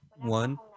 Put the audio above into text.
one